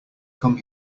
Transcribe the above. come